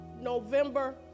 November